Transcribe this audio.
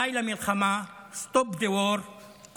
די למלחמה.Stop the war .